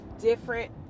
different